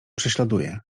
prześladuje